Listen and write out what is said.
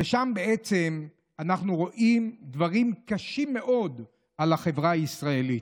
ושם בעצם אנחנו רואים דברים קשים מאוד על החברה הישראלית.